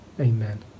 Amen